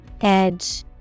Edge